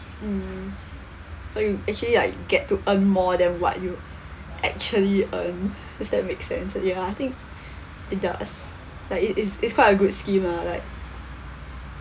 mm so you actually like get to earn more than what you actually earn does that make sense ya I think it does like is is is quite a good scheme ah like